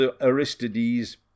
Aristides